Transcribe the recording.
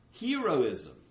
heroism